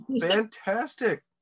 fantastic